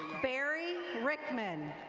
barry rickman.